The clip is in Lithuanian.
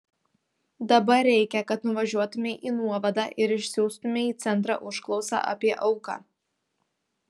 dabar reikia kad nuvažiuotumei į nuovadą ir išsiųstumei į centrą užklausą apie auką